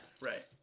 Right